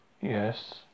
Yes